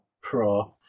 Pro